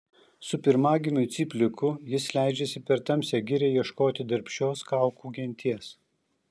su pirmagimiu cypliuku jis leidžiasi per tamsią girią ieškoti darbščios kaukų genties